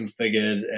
configured